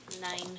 Nine